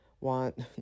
want